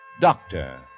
doctor